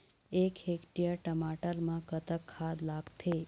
एक हेक्टेयर टमाटर म कतक खाद लागथे?